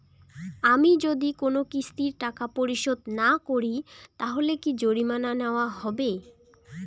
আমি যদি কোন কিস্তির টাকা পরিশোধ না করি তাহলে কি জরিমানা নেওয়া হবে?